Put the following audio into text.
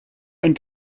ein